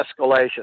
escalation